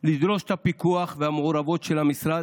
לדרוש את הפיקוח והמעורבת של המשרד,